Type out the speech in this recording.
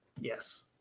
Yes